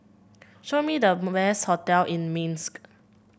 show me the hotel in Minsk